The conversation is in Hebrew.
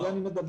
על זה אני מדבר.